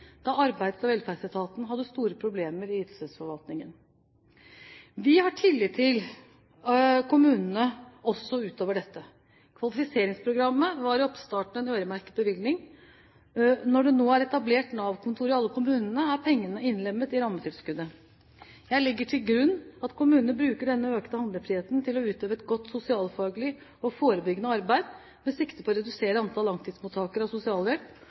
da Arbeids- og velferdsetaten hadde store problemer i ytelsesforvaltningen. Vi har tillit til kommunene også utover dette. Kvalifiseringsprogrammet var i oppstarten en øremerket bevilgning. Når det nå er etablert Nav-kontor i alle kommuner, er pengene innlemmet i rammetilskuddet. Jeg legger til grunn at kommunene bruker denne økte handlefriheten til å utøve et godt sosialfaglig og forebyggende arbeid, med sikte på å redusere antall langtidsmottakere av sosialhjelp